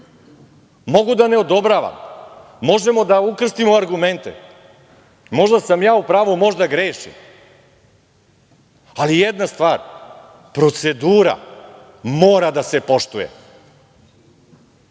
mogu da ne odobravam, možemo da ukrstimo argumente. Možda sam ja u pravu, možda grešim, ali jedna stvar – procedura mora da se poštuje.